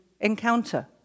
encounter